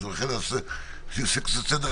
אני עו"ד סופי כהן,